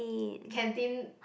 canteen